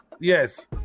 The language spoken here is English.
Yes